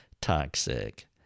toxic